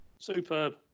Superb